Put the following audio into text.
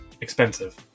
expensive